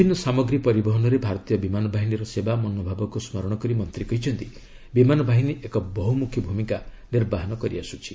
ବିଭିନ୍ନ ସାଗମ୍ରୀ ପରିବହନରେ ଭାରତୀୟ ବିମାନ ବାହିନୀର ସେବା ମନୋଭାବକୁ ସ୍ମରଣ କରି ମନ୍ତ୍ରୀ କହିଛନ୍ତି ବିମାନ ବାହିନୀ ଏକ ବହୁମୁଖୀ ଭୂମିକା ନିର୍ବାହନ କରିଆସୁଛି